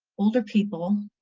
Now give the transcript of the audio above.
older people,